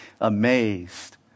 amazed